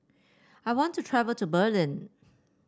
I want to travel to Berlin